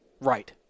Right